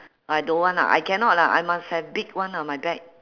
I don't want lah I cannot lah I must have big one lah my bag